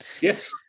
Yes